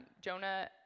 Jonah